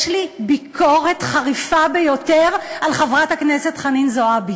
יש לי ביקורת חריפה ביותר על חברת הכנסת חנין זועבי.